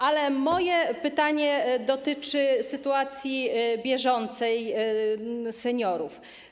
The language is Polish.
Ale moje pytanie dotyczy sytuacji bieżącej seniorów.